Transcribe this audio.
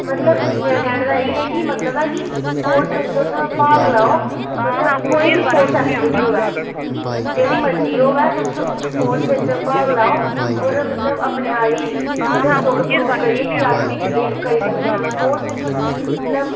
मेरे कहने दा मतलब इ'यै कि स्पोर्टस बिच तुस भाग लैओ मतलब कोई बी स्पोर्टस एक्टीविटी होऐ जेह्ड़ी मर्ज़ी होऐ तुस स्पोर्टस बिच भाग लैओ होर मतलब अपने आप गी दस्सो प्रूव करियै की अस बी किश करी सकने आं स्पोर्टस बी इक्क मतलब